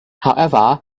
however